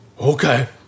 okay